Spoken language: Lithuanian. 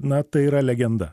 na tai yra legenda